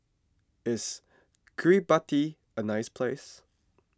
is Kiribati a nice place